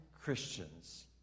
Christians